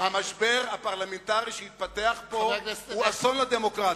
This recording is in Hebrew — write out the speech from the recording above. המשבר הפרלמנטרי שהתפתח פה הוא אסון לדמוקרטיה.